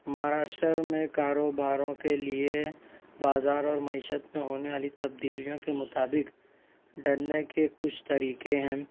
مہاراشٹر میں کاروباروں کے لئے بازار اور معیشت میں ہونے والی تبدیلیوں کے مطابق ڈھلنے کے کچھ طریقے ہیں